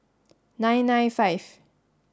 nine nine five